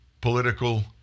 Political